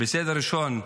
בסדר ראשון,